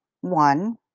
one